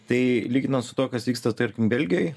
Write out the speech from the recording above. tai lyginant su tuo kas vyksta tarkim belgijoj